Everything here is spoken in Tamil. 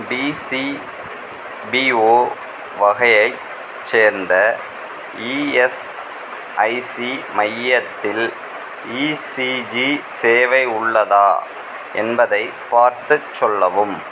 டிசிபிஒ வகையைச் சேர்ந்த இஎஸ்ஐசி மையத்தில் ஈசிஜி சேவை உள்ளதா என்பதை பார்த்துச் சொல்லவும்